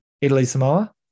Italy-Samoa